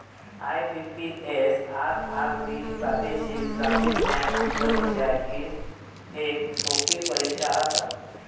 IBPS, RRB प्रादेशिक ग्रामीण bank परीक्षा ही येक सोपी परीक्षा आसा